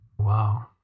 Wow